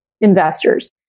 investors